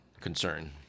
concern